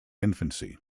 infancy